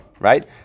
right